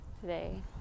today